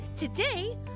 Today